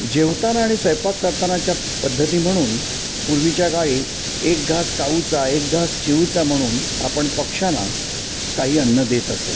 जेवताना आणि स्वयंपाक करतानाच्या पद्धती म्हणून पूर्वीच्या काळी एक घास काऊचा एक घास चिऊचा म्हणून आपण पक्षांना काही अन्न देत असू